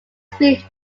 speed